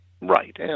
Right